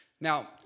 Now